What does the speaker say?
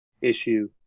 issue